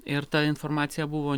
ir ta informacija buvo